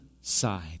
side